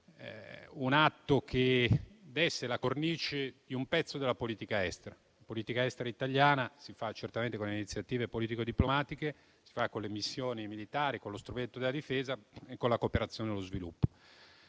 un atto che desse una cornice a un pezzo della politica estera italiana, che si fa con le iniziative politico-diplomatiche, con le missioni militari, con lo strumento della difesa e con la cooperazione allo sviluppo.